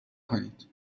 کنید